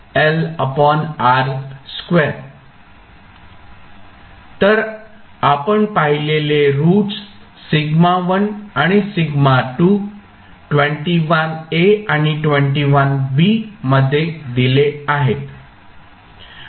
तर आपण पाहिलेले रूट्स σ1 आणि σ2 आणि मध्ये दिले आहेत